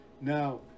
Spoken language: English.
Now